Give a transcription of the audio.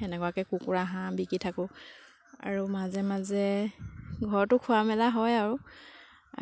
সেনেকুৱাকৈ কুকুৰা হাঁহ বিকি থাকোঁ আৰু মাজে মাজে ঘৰতো খোৱা মেলা হয় আৰু